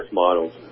models